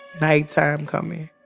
nighttime coming.